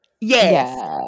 yes